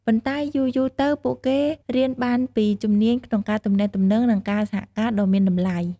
ប៉ុន្តែយូរៗទៅ ពួកគេរៀនបានពីជំនាញក្នុងការទំនាក់ទំនង និងការសហការដ៏មានតម្លៃ។